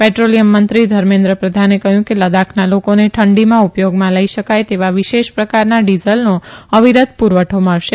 petroleum મંત્રી ધર્મેન્દ્ર પ્રધાને કહયું કે લદાખના લોકોને ઠંડીમાં ઉપયોગમાં લઇ શકાય તેવા વિશેષ પ્રકારના ડીઝલનો અવિરત પુરવઠો મળશે